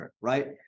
right